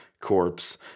corpse